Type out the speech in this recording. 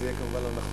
זה יהיה כמובן לא נכון.